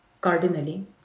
cardinally